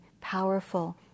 powerful